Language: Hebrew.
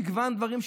מגוון דברים,